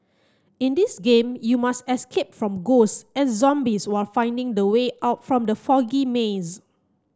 in this game you must escape from ghosts and zombies while finding the way out from the foggy maze